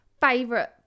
favorite